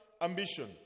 ambition